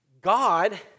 God